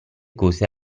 cose